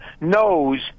knows